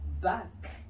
back